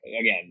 again